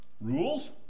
rules